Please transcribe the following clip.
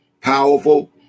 powerful